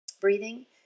breathing